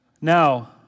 now